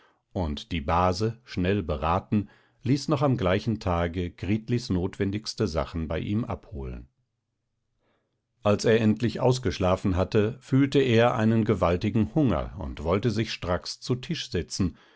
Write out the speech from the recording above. und die base schnell beraten ließ noch am gleichen tage gritlis notwendigste sachen bei ihm abholen als er endlich ausgeschlafen hatte fühlte er einen gewaltigen hunger und wollte sich stracks zu tisch setzen